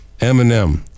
Eminem